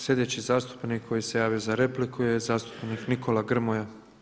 Sljedeći zastupnik koji se javio za repliku je zastupnik Nikola Grmoja.